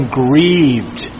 grieved